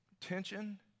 tension